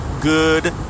Good